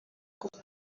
kuko